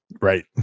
Right